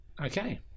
okay